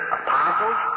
apostles